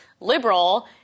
liberal